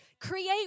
Create